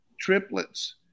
triplets